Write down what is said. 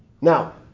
Now